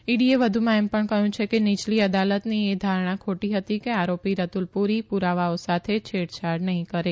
ઇડીએ વધુમાં એમ લણ કહયું છે કે નીચલી અદાલતની એ ધારણા ખોટી હતી કે આરો ી રતુલ પુરી પુરાવાઓ સાથે છેડછાડ નહી કરે